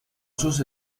sus